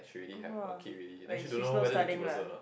oh !wah! like she's not studying lah